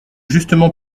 justement